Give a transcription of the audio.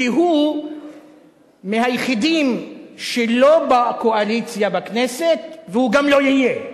כי הוא מהיחידים שלא בקואליציה בכנסת והוא גם לא יהיה.